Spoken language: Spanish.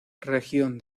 región